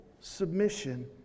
submission